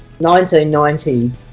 1990